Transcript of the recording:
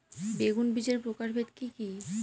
বেগুন বীজের প্রকারভেদ কি কী?